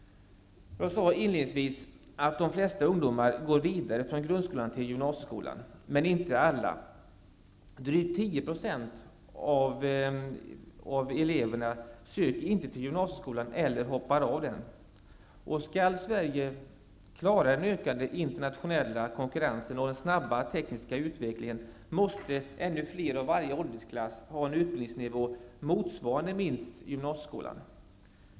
Jag sade inledningsvis att de flesta ungdomar går vidare från grundskolan till gymnasieskolan. Men det gäller inte alla. Drygt 10 % av eleverna söker inte till gymnasieskolan eller hoppar av den. Om Sverige skall klara den ökande internationella konkurrensen och den snabba tekniska utvecklingen, måste ännu fler i varje åldersklass ha en utbildningsnivå motsvarande minst gymnasieskolan.